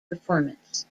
performance